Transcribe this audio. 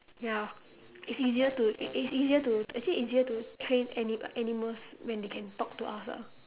ya it's easier to it's easier to actually easier to train anim~ animals when they can talk to us ah